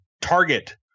target